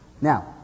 Now